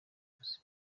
akazi